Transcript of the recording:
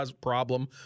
problem